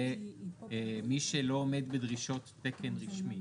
-- למי שלא עומד בדרישות תקן רשמי.